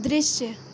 दृश्य